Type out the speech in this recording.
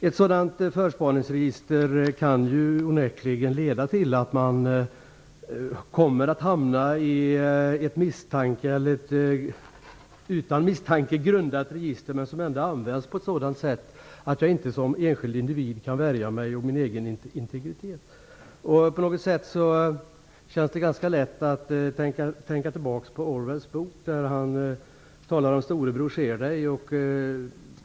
Ett sådant förspaningsregister kan onekligen leda till att man hamnar i ett register utan att det finns några misstankar. Registret kan ändå användas på ett sådant sätt att jag som enskild individ inte kan värja mig och min egen integritet. Det är lätt att tänka tillbaks på Orwells bok, där han talar om att "Storebror ser dig".